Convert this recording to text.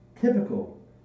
Typical